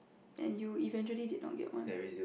and you eventually did not get one